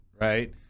right